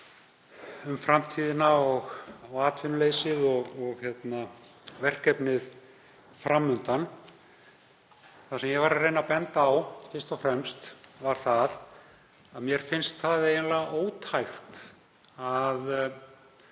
um framtíðina og atvinnuleysið og verkefnið fram undan. Það sem ég var að reyna að benda á fyrst og fremst var að mér finnst það eiginlega ótækt að